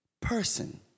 person